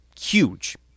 Huge